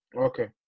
Okay